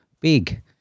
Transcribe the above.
Big